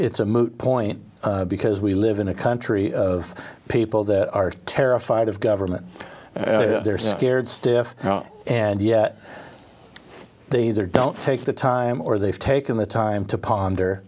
it's a moot point because we live in a country of people that are terrified of government they're scared stiff and yet they either don't take the time or they've taken the time to ponder